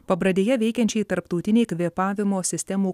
pabradėje veikiančiai tarptautinei kvėpavimo sistemų